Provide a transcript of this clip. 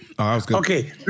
okay